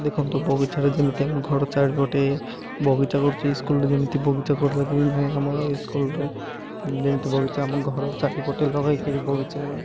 ଦେଖନ୍ତୁ ବଗିଚାରେ ଯେମିତି ଆମ ଘର ଚାରିପଟେ ବଗିଚା କରୁଛି ସ୍କୁଲ୍ରେ ଯେମିତି ବଗିଚା କରିବାକୁ ହୁଅ ଆମର ସ୍କୁଲ୍ରେ ଯେମିତି ବଗିଚା ଆମ ଘର ଚାରିପଟେ ଲଗେଇକିରି ବଗିଚା